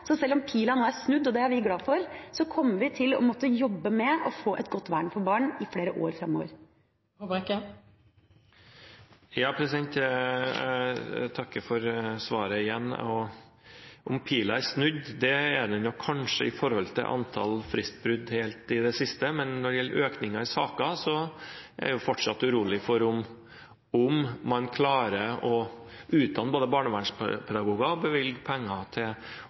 Så selv om pila nå er snudd – og det er vi glad for – kommer vi til å måtte jobbe med å få et godt vern for barn i flere år framover. Jeg takker for svaret igjen. Pila er kanskje snudd når det gjelder antall fristbrudd helt i det siste. Men når det gjelder økning i saker, er jeg fortsatt utrolig for om man klarer å utdanne barnevernspedagoger og bevilge penger til